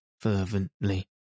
fervently